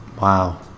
wow